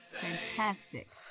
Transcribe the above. Fantastic